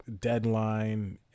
Deadline